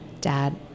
Dad